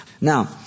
Now